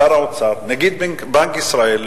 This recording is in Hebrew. שר האוצר ונגיד בנק ישראל,